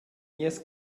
nies